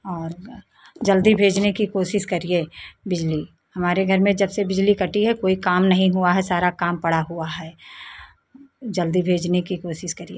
और जल्दी भेजने की कोशिश करिए बिजली हमारे घर में जब से बिजली कटी है कोई काम नहीं हुआ है सारा काम पड़ा हुआ है जल्दी भेजने की कोशिश करिए